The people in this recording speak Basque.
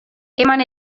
eman